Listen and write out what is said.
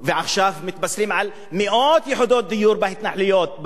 ועכשיו מתבשרים על מאות יחידות דיור בהתנחלויות,